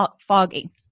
foggy